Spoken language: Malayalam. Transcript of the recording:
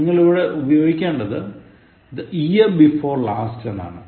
നിങ്ങൾ ഇവിടെ ഉപയോഗിക്കേണ്ടത് the year before last എന്നാണ്